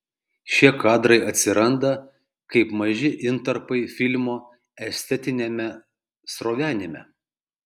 šie kadrai atsiranda kaip maži intarpai filmo estetiniame srovenime